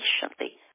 patiently